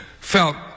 felt